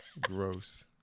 Gross